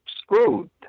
screwed